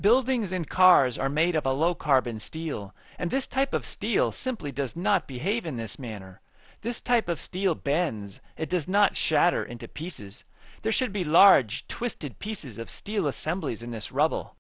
buildings in cars are made of a low carbon steel and this type of steel simply does not behave in this manner this type of steel bends it does not shatter into pieces there should be large twisted pieces of steel assemblies in this rubble